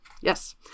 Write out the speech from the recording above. Yes